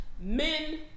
men